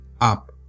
up